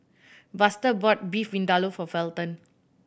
Buster bought Beef Vindaloo for Felton